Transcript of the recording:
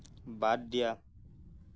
বাদ দিয়া